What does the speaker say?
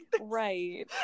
right